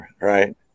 Right